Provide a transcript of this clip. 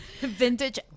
vintage